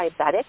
diabetic